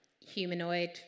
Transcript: humanoid